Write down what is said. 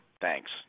Thanks